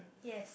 yes